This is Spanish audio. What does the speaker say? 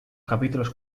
capítulos